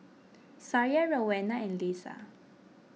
Sariah Rowena and Leisa